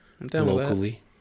Locally